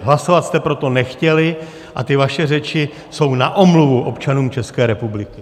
Hlasovat jste pro to nechtěli a ty vaše řeči jsou na omluvu občanům České republiky.